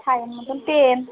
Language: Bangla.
ছাইয়ের মতোন ট্রেন